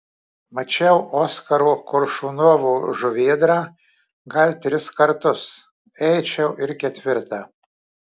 mačiau oskaro koršunovo žuvėdrą gal tris kartus eičiau ir ketvirtą